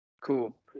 Cool